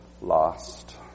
lost